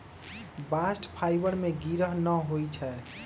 bast fibre में गिरह न होई छै